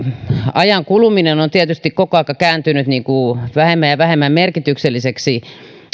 ajan kuluminen on tietysti koko aika kääntynyt vähemmän ja vähemmän merkitykselliseksi